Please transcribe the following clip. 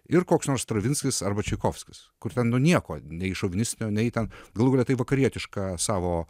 ir koks nors stravinskis arba čaikovskis kur ten nu nieko nei šovinistinio nei ten galų gale tai vakarietišką savo